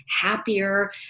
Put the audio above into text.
happier